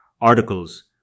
articles